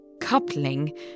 coupling